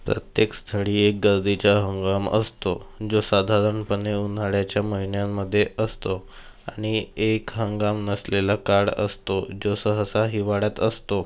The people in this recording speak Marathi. प्रत्येक स्थळी एक गर्दीचा हंगाम असतो जो साधारणपणे उन्हाळ्याच्या महिन्यांमध्ये असतो आणि एक हंगाम नसलेला काळ असतो जो सहसा हिवाळ्यात असतो